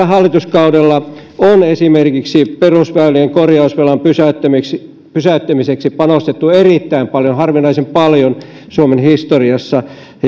hallituskaudella on esimerkiksi perusväylien korjausvelan pysäyttämiseksi pysäyttämiseksi panostettu erittäin paljon harvinaisen paljon suomen historiassa